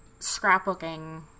scrapbooking